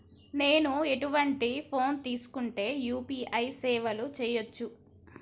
నేను ఎటువంటి ఫోన్ తీసుకుంటే యూ.పీ.ఐ సేవలు చేయవచ్చు?